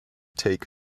take